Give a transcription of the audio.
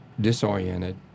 disoriented